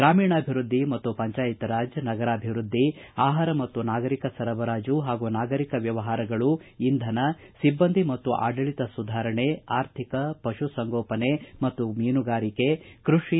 ಗೂಮೀಣಾಭಿವೃದ್ಧಿ ಮತ್ತು ಪಂಚಾಯತ್ ರಾಜ್ ನಗರಾಭಿವೃದ್ಧಿ ಆಹಾರ ಮತ್ತು ನಾಗರಿಕ ಸರಬರಾಜು ಹಾಗೂ ನಾಗರಿಕ ವ್ವವಹಾರಗಳು ಇಂಧನ ಸಿಬ್ಬಂದಿ ಮತ್ತು ಆಡಳಿತ ಸುಧಾರಣೆ ಅರ್ಥಿಕ ಪಶು ಸಂಗೋಪನೆ ಮತ್ತು ಮೀನುಗಾರಿಕೆ ಕೃಷಿ